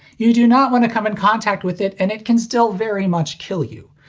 you do not want to come in contact with it and it can still very much kill you.